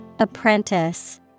Apprentice